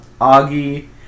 Augie